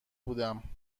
بودم